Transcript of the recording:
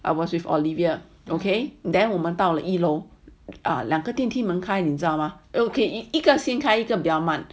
I was with olivia okay then 我们到了一楼两个电梯门开你知道吗 okay 一个先开一个比较慢